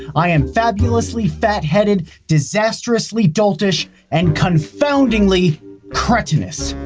i am fabulously fat-headed, disastrously doltish, and confoundingly cretinous.